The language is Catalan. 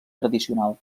tradicional